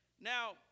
Now